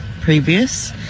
previous